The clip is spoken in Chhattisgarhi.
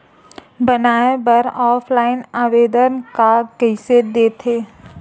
बनाये बर ऑफलाइन आवेदन का कइसे दे थे?